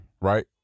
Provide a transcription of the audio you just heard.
right